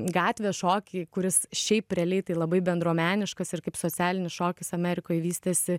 gatvės šokį kuris šiaip realiai tai labai bendruomeniškas ir kaip socialinis šokis amerikoj vystėsi